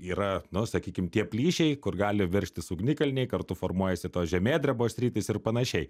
yra nu sakykim tie plyšiai kur gali veržtis ugnikalniai kartu formuojasi tos žemėdrebos sritys ir panašiai